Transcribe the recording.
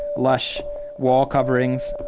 lush wall coverings,